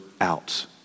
out